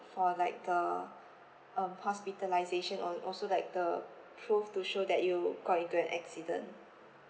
for like the um hospitalisation al~ also like the prove to show that you got into an accident